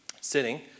sitting